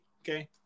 okay